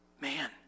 Man